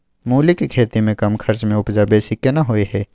मूली के खेती में कम खर्च में उपजा बेसी केना होय है?